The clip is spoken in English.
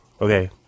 Okay